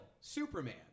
Superman